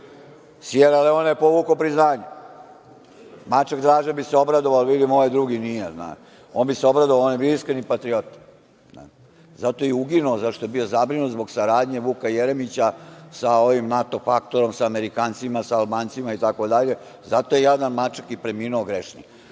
Sijera Leone je povukao priznanje. Mačak Draža bi se obradovao, ali vidim ovaj drugi nije. On bi se obradovao, on je bio iskreni patriota. Zato je uginuo, zato što je bio zabrinut zbog saradnje Vuka Jeremića sa ovim NATO paktom, sa Amerikancima, sa Albancima itd, zato je jadan mačak i preminuo grešni.